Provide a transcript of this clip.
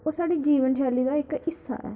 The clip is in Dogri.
ओह् साढ़ी जीवन शैली दा इक्क हिस्सा ऐ